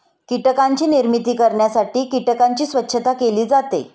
कीटकांची निर्मिती करण्यासाठी कीटकांची स्वच्छता केली जाते